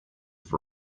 have